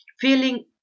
Feeling